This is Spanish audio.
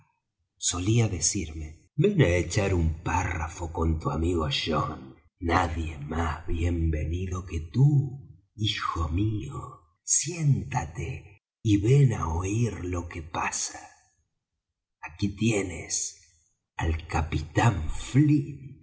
solía decirme ven á echar un párrafo con tu amigo john nadie más bien venido que tú hijo mío siéntate y ven á oir lo que pasa aquí tienes al capitán